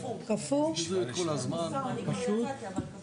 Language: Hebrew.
הישיבה ננעלה בשעה